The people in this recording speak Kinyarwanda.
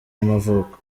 y’amavuko